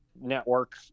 network